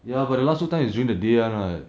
ya but the last two times is during the day [one] [what]